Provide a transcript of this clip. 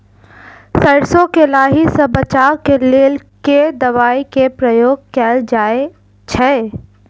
सैरसो केँ लाही सऽ बचाब केँ लेल केँ दवाई केँ प्रयोग कैल जाएँ छैय?